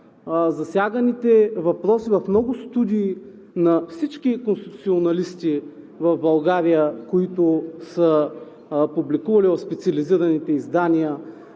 засяганите въпроси в много студии на всички конституционалисти в България, които са публикували в специализираните издания